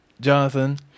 Jonathan